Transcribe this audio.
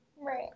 Right